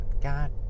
God